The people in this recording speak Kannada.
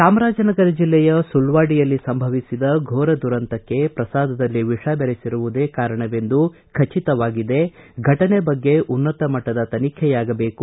ಚಾಮರಾಜನಗರ ಜಿಲ್ಲೆಯ ಸುಳ್ವಾಡಿಯಲ್ಲಿ ಸಂಭವಿಸಿದ ಘೋರ ದುರಂತಕ್ಕೆ ಪ್ರುಾದದಲ್ಲಿ ವಿಷ ದೆರೆಸಿರುವುದೇ ಕಾರಣವೆಂದು ಖಚಿತವಾಗಿದೆ ಫಟನೆ ಬಗ್ಗೆ ಉನ್ನತ ಮಟ್ಟದ ತನಿಖೆಯಾಗಬೇಕು